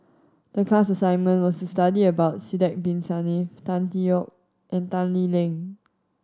the class assignment was study about Sidek Bin Saniff Tan Tee Yoke and Tan Lee Leng